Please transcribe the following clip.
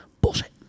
bullshit